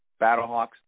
Battlehawks